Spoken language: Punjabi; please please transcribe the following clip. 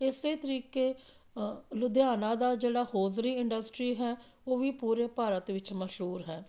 ਇਸੇ ਤਰੀਕੇ ਲੁਧਿਆਣਾ ਦਾ ਜਿਹੜਾ ਹੌਜ਼ਰੀ ਇੰਡਸਟਰੀ ਹੈ ਉਹ ਵੀ ਪੂਰੇ ਭਾਰਤ ਵਿੱਚ ਮਸ਼ਹੂਰ ਹੈ